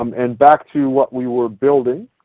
um and back to what we were building.